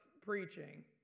preaching